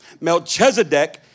Melchizedek